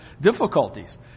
difficulties